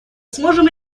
сможем